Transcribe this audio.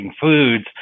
foods